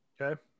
okay